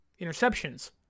interceptions